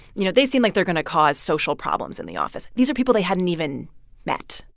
you know, they seem like they're going to cause social problems in the office. these are people they hadn't even met.